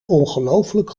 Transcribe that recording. ongelooflijk